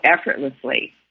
effortlessly